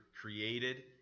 created